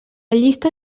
llista